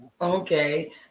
Okay